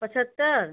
पचहत्तर